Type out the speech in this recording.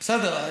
בסדר,